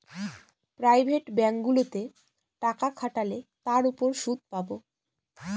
private ব্যাঙ্কগুলোতে টাকা খাটালে তার উপর সুদ পাবো